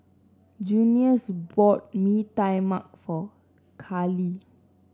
Junius bought Mee Tai Mak for Callie